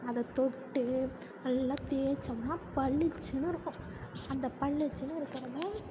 அதைத் தொட்டு நல்லா தேய்ச்சம்னா பளிச்சின்னு இருக்கும் அந்த பளிச்சின்னு இருக்கிறத